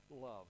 love